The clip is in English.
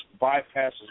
bypasses